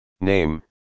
Name